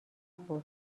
بود